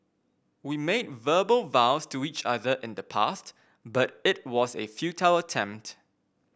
we made verbal vows to each other in the past but it was a futile attempt